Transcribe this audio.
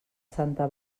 santa